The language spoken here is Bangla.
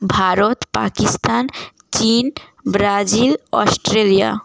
ভারত পাকিস্তান চিন ব্রাজিল অস্ট্রেলিয়া